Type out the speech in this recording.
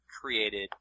created